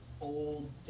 old